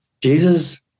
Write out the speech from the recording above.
Jesus